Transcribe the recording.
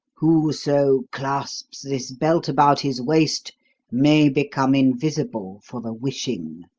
whoso clasps this belt about his waist may become invisible for the wishing.